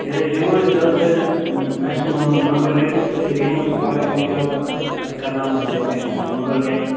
تیٚلہِ حظ یِمَو أسۍ ژٕ حظ تھٲوِزِ اَسہِ سُمب مطلب نمبَر رٔٹِتھ تہٕ تیٚلہِ یِمَو أسۍ پگاہ اِنشاءاللہ تہٕ اَسہِ کَرٕناوَکھ یَتھ وۅلُر لٮ۪کَس